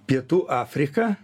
pietų afriką